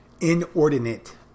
Inordinate